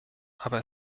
aber